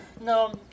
No